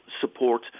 support